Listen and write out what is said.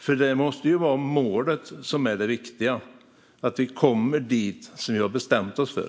Det viktiga måste vara målet, så att vi kommer dit vi har bestämt oss för.